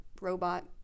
robot